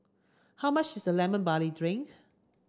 how much is the lemon barley drink